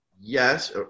yes